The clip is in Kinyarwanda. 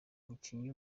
umukinnyi